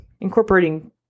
incorporating